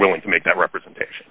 willing to make that representation